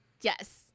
Yes